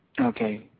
Okay